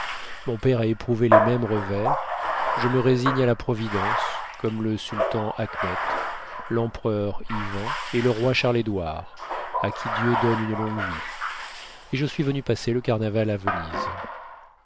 mon père a éprouvé les mêmes revers je me résigne à la providence comme le sultan achmet l'empereur ivan et le roi charles édouard à qui dieu donne une longue vie et je suis venu passer le carnaval à venise